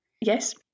Yes